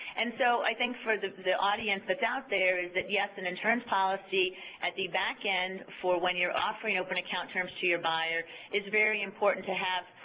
and so i think for the the audience that's out there is that, yes, an insurance policy at the back end for when you're offering open account terms to your buyer is very important to have,